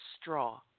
straw